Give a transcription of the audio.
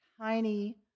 tiny